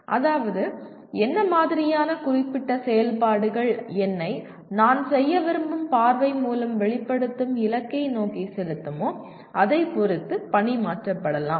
அதாவதுஎன்ன மாதிரியான குறிப்பிட்ட செயல்பாடுகள் என்னை நான் செய்ய விரும்பும் பார்வை மூலம் வெளிப்படுத்தும் இலக்கை நோக்கிச் செலுத்துமோ அதைப் பொறுத்து பணி மாற்றப்படலாம்